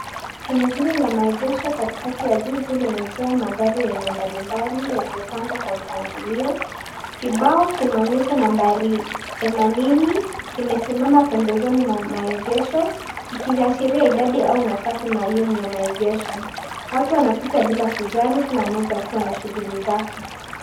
Eneo la maegesho liko katikati ya jiji, likiwa limezungukwa na majengo mazuri ya aina mbalimbali yaliyopangwa kwa mpangilio. Kibao chenye nambari fulani kimesimama pembezoni mwa maegesho, kikionyesha idadi au nafasi maalum za kuegesha. Watu wanapita kwa utulivu, kila mmoja akiwa na shughuli zake.